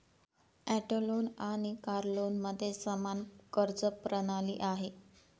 auto loan आणि car लोनमध्ये समान कर्ज प्रणाली आहे